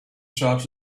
charge